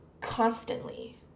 constantly